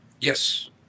yes